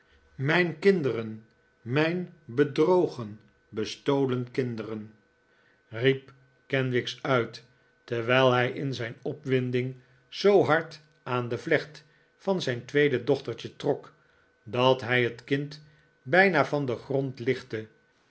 mijn kinderen mijn bedrogen bestolen kinderen riep kenwigs uit terwijl hij in zijn opwinding zoo hard aan de vlecht van zijn tweede dochtertje trok dat hij het kind bijna van den grond lichtte